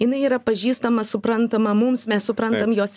jinai yra pažįstama suprantama mums mes suprantam jos